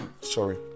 sorry